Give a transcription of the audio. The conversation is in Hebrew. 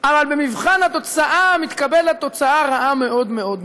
אבל במבחן התוצאה מתקבלת תוצאה רעה מאוד מאוד מאוד.